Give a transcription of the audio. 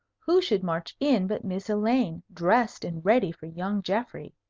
who should march in but miss elaine, dressed and ready for young geoffrey.